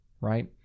right